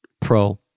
pro